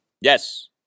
Yes